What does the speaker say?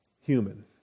human